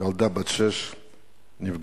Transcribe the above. ילדה בת שש נפגעה,